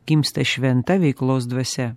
gimsta šventa veiklos dvasia